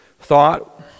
thought